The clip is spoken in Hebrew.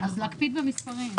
תקפידו במספרים.